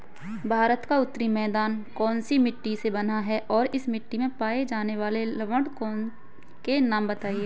भारत का उत्तरी मैदान कौनसी मिट्टी से बना है और इस मिट्टी में पाए जाने वाले लवण के नाम बताइए?